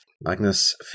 Magnus